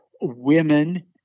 women